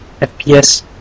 FPS